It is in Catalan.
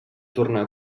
tornar